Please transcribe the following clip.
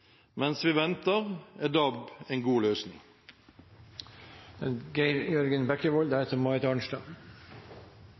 Mens vi venter, er DAB en god løsning.